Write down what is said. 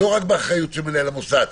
לא רק באחריות מנהל המוסד.